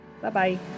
Bye-bye